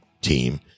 team